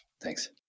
Thanks